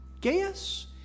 Gaius